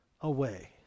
away